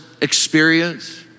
experience